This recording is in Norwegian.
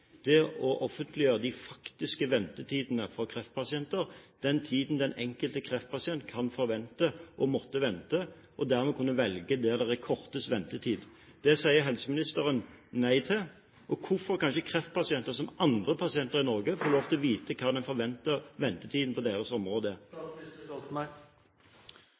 de faktiske ventetidene for kreftpasienter, den tiden den enkelte kreftpasient kan forvente å måtte vente, for dermed å kunne velge behandling der det er kortest ventetid. Det sier helseministeren nei til. Hvorfor kan ikke kreftpasienter, som andre pasienter i Norge, få lov til å vite hva som er forventet ventetid på deres område?